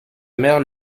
mère